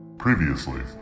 Previously